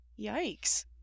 Yikes